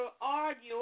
argue